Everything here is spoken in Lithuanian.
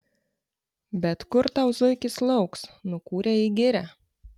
bet kur tau zuikis lauks nukūrė į girią